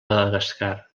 madagascar